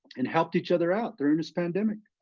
and helped each other out. during this pandemic.